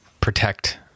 protect